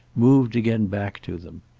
moved again back to them.